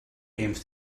games